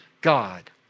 God